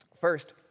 First